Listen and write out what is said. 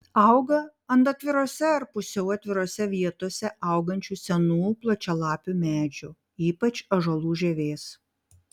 auga ant atvirose ar pusiau atvirose vietose augančių senų plačialapių medžių ypač ąžuolų žievės